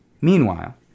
Meanwhile